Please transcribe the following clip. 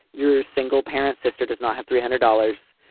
you're single parents, sister does not have three hundred dollars.